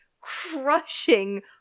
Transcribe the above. crushing